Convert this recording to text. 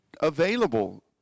available